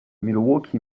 milwaukee